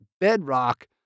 bedrock